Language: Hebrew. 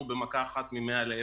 ירדנו במכה אחת מ-100 לאפס.